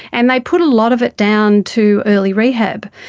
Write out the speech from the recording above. and they put a lot of it down to early rehab.